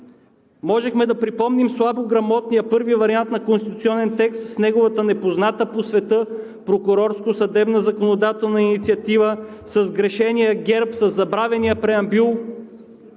можехме да припомним слабограмотния първи вариант на конституционен текст с неговата непозната по света прокурорско-съдебна законодателна инициатива, със сгрешения герб, със забравения Преамбюл…